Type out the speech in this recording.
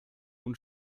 und